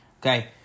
Okay